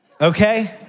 okay